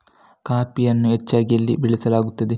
ಕಾಫಿಯನ್ನು ಹೆಚ್ಚಾಗಿ ಎಲ್ಲಿ ಬೆಳಸಲಾಗುತ್ತದೆ?